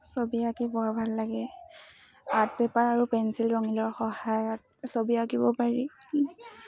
ছবি আঁকি বৰ ভাল লাগে আৰ্ট পেপাৰ আৰু পেঞ্চিল ৰঙিলৰ সহায়ত ছবি আঁকিব পাৰি